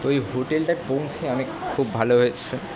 তো ওই হোটেলটা পৌঁছে আমি খুব ভালো হয়েছে